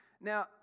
Now